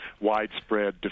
widespread